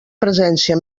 presència